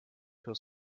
für